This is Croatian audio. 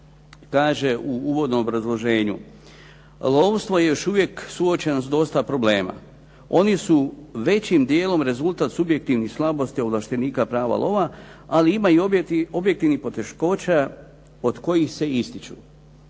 kaže u uvodnom obrazloženju. Lovstvo je još uvijek suočeno s dosta problema. Oni su većim djelom rezultat subjektivnih slabosti ovlaštenika prava lova ali ima i objektivnih poteškoća od kojih se ističu